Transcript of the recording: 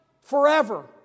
forever